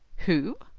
who?